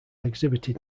exhibited